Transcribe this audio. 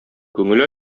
күңел